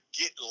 get